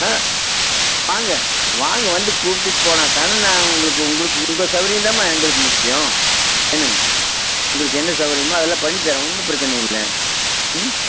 ஆ வாங்க வாங்க வந்து கூப்பிட்டிட்டு போனால் தானே நான் உங்களுக்கு உங்களுக்கு உங்கள் சவுகரியம் தான்ம்மா எங்களுக்கு முக்கியம் என்னங்க உங்களுக்கு என்ன சவுகரியமோ அதெல்லாம் பண்ணித்தரேன் ஒன்றும் பிரச்சின இல்லை ம்